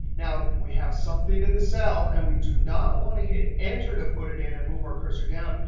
now we have something in the cell, and we do not want to hit enter to put it in and move our cursor down.